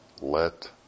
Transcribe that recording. Let